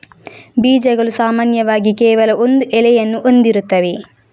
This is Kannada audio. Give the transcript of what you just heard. ಬೀಜಗಳು ಸಾಮಾನ್ಯವಾಗಿ ಕೇವಲ ಒಂದು ಎಲೆಯನ್ನು ಹೊಂದಿರುತ್ತವೆ